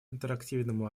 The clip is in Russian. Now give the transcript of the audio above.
интерактивному